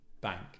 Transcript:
bank